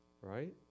Right